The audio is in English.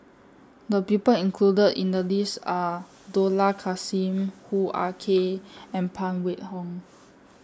The People included in The list Are Dollah Kassim Hoo Ah Kay and Phan Wait Hong